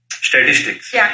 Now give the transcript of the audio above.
Statistics